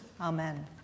Amen